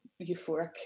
euphoric